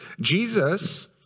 Jesus